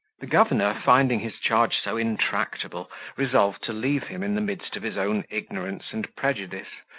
the governor, finding his charge so intractable resolved to leave him in the midst of his own ignorance and prejudice,